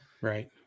Right